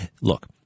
look